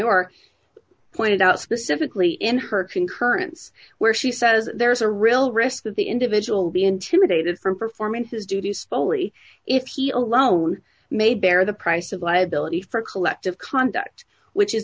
or pointed out specifically in her concurrence where she says there is a real risk that the individual will be intimidated from performing his duties only if he alone may bear the price of liability for collective conduct which is